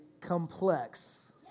complex